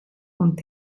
und